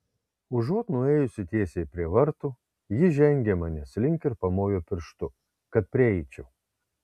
užuot nuėjusi tiesiai prie vartų ji žengė manęs link ir pamojo pirštu kad prieičiau